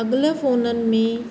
अॻिले फोननि में